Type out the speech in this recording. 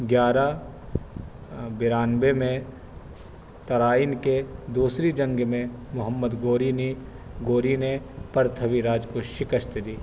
گیارہ بانوے میں ترائن کے دوسری جنگ میں محمد گوری نے گوری نے پرتھوی راج کو شکشت دی